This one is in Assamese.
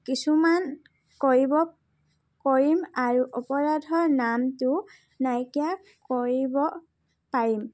কিছুমান কৰিব কৰিম আৰু অপৰাধৰ নামটো নাইকিয়া কৰিব পাৰিম